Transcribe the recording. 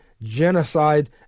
genocide